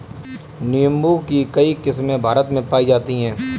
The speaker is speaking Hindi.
नीम्बू की कई किस्मे भारत में पाई जाती है